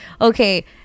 okay